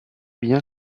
bien